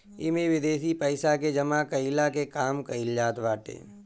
इमे विदेशी पइसा के जमा कईला के काम कईल जात बाटे